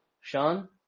Sean